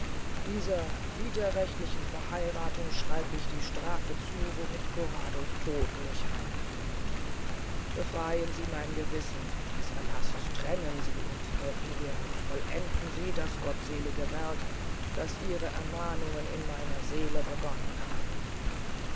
dieser widerrechtlichen verheirathung schreib ich die strafe zu womit corrado's tod mich heimsucht befreyen sie mein gewissen von dieser last trennen sie unsre ehe und vollenden sie das gottselige werk daß ihre ermahnungen in meiner seele begonnen haben